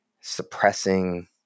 suppressing